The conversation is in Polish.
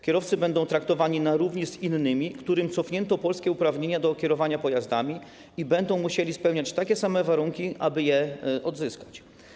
Kierowcy będą traktowani na równi z innymi, którym cofnięto polskie uprawnienia do kierowania pojazdami, i będą musieli spełniać takie same warunki, aby je odzyskać.